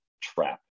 trap